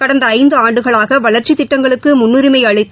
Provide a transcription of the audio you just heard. கடந்தஐந்துஆண்டுகளாகவளர்ச்சிதிட்டங்களுக்குமுன்னரிமைஅளித்து